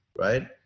right